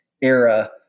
era